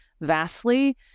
vastly